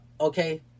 okay